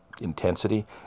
intensity